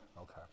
Okay